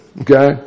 Okay